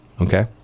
Okay